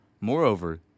Moreover